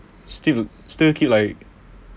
still still keep like